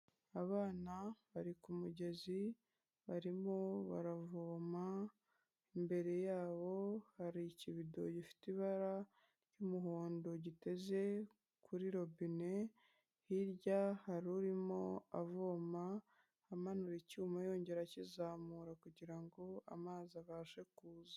Abana bari ku mugezi barimo baravoma, imbere yabo hari ikibido gifite ibara ry'umuhondo giteze kuri robine, hirya hari urimo avoma, amanura icyuma yongera akizamura kugira ngo amazi abashe kuza.